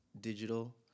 digital